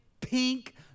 pink